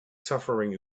suffering